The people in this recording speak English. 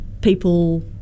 people